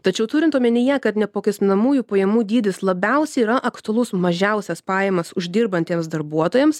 tačiau turint omenyje kad neapmokestinamųjų pajamų dydis labiausiai yra aktualus mažiausias pajamas uždirbantiems darbuotojams